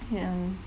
ya